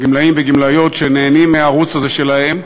גמלאים וגמלאיות שנהנים מהערוץ הזה שלהם.